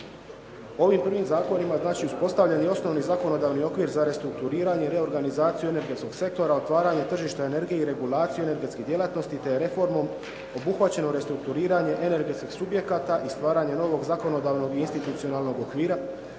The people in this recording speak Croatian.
Ovim prvim zakonima uspostavljen je osnovni zakonodavni okvir za restrukturiranje, reorganizaciju energetskog sektora, otvaranje tržišta energije i regulaciju energetskih djelatnosti te je reformom obuhvaćeno restrukturiranje energetskih subjekata i stvaranje novog zakonodavnog i institucionalnog okvira,